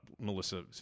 Melissa